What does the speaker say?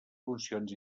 funcions